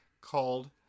called